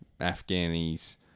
Afghani's